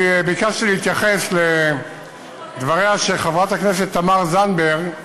אני ביקשתי להתייחס לדבריה של חברת הכנסת תמר זנדברג,